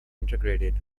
integrated